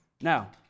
Now